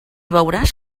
beuràs